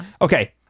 Okay